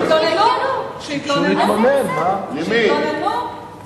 אני שמחה שהזדמן לי לדבר אחרי חברת הכנסת רוחמה אברהם,